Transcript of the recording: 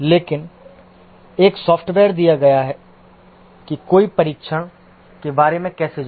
लेकिन एक सॉफ्टवेयर दिया गया है कि कोई परीक्षण के बारे में कैसे जाने